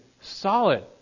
solid